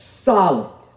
Solid